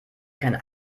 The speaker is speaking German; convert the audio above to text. keinen